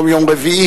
היום יום רביעי,